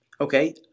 okay